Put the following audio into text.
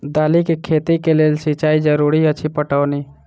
दालि केँ खेती केँ लेल सिंचाई जरूरी अछि पटौनी?